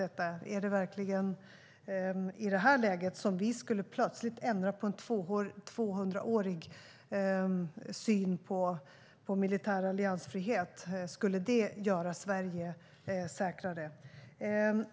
Ska vi verkligen i detta läge plötsligt ändra på en 200-årig syn på militär alliansfrihet? Skulle det göra Sverige säkrare?